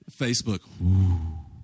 Facebook